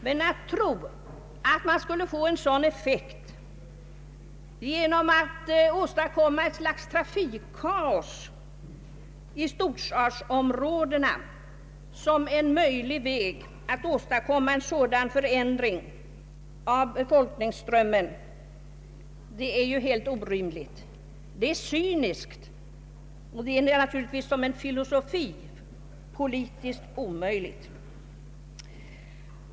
Men att tro att en sådan effekt skulle kunna uppnås genom att åstadkomma ett slags trafikkaos i storstadsområdena är helt orimligt. Det är cyniskt, och det är naturligtvis som en filosofi politiskt omöjligt.